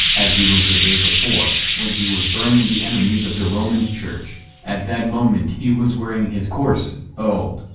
as he was the day before, when he was burning the enemies of the romans church at that moment he was wearing his coarse, old,